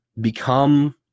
become